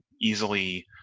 easily